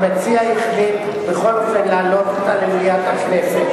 המציע החליט בכל אופן להעלות אותה למליאת הכנסת,